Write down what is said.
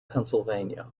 pennsylvania